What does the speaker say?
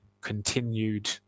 continued